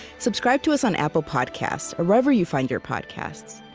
subscribe to us on apple podcasts or wherever you find your podcasts.